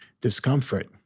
discomfort